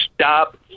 stop